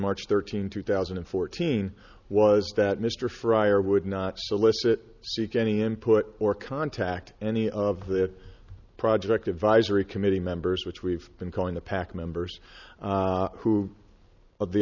march thirteenth two thousand and fourteen was that mr fryer would not solicit seek any input or contact any of the project advisory committee members which we've been calling the pac members who of the